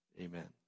Amen